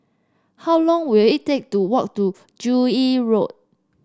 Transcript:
how long will it take to walk to Joo Yee Road